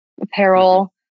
apparel